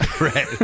right